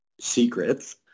secrets